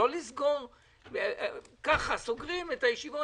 לא לסגור ככה סתם, להגיד "סוגרים את הישיבות".